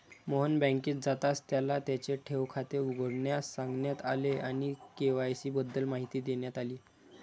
मोहन बँकेत जाताच त्याला त्याचे ठेव खाते उघडण्यास सांगण्यात आले आणि के.वाय.सी बद्दल माहिती देण्यात आली